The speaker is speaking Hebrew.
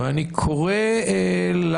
אני קורא לנו,